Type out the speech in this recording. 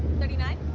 thirty nine?